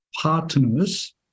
partners